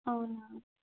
అవునా